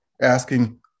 asking